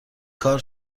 کار